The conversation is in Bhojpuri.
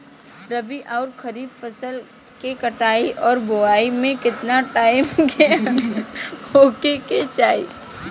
रबी आउर खरीफ फसल के कटाई और बोआई मे केतना टाइम के अंतर होखे के चाही?